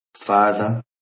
Father